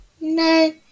No